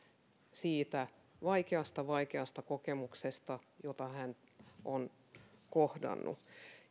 siitä vaikeasta vaikeasta kokemuksesta jonka hän on kohdannut